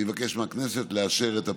אני מבקש מהכנסת לאשר את הפיצול.